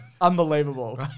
Unbelievable